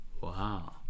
Wow